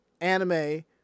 anime